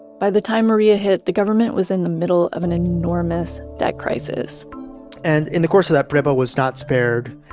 by the time maria hit, the government was in the middle of an enormous debt crisis and in the course of that, prepa was not spared,